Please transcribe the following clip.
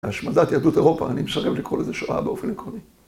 להשמדת יהדות אירופה, אני מסרב לקרוא לזה שואה באופן עקרוני.